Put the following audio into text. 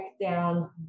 down